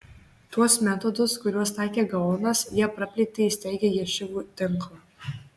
tuos metodus kuriuos taikė gaonas jie praplėtė įsteigę ješivų tinklą